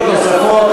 שאלות נוספות,